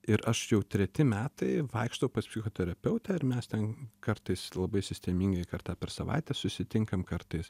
ir aš jau treti metai vaikštau pas psichoterapeutę ir mes ten kartais labai sistemingai kartą per savaitę susitinkam kartais